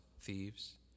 thieves